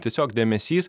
tiesiog dėmesys